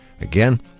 Again